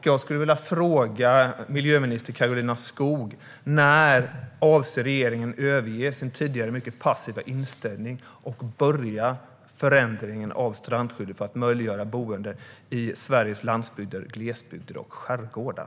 Jag skulle vilja fråga miljöminister Karolina Skog: När avser regeringen att överge sin tidigare mycket passiva inställning och börja förändringen av strandskyddet för att möjliggöra boende i Sveriges landsbygder, glesbygder och skärgårdar?